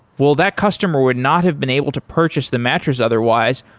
well that customer would not have been able to purchase the mattress otherwise,